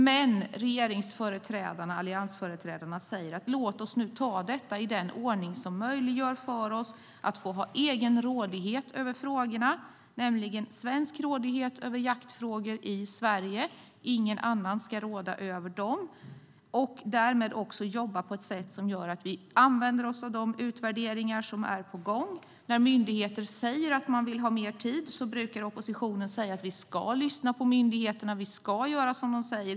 Men alliansföreträdarna säger: Låt oss ta detta i en ordning som möjliggör för oss att få ha egen rådighet över frågorna, nämligen svensk rådighet över jaktfrågor i Sverige - ingen annan ska råda över dessa - och därmed jobba på ett sådant sätt att vi använder oss av de utvärderingar som är på gång. När myndigheter säger att man vill ha mer tid brukar oppositionen säga: Vi ska lyssna på myndigheterna och göra som de säger.